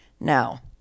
Now